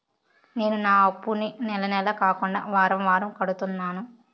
నేను నా అప్పుని నెల నెల కాకుండా వారం వారం కడుతున్నాను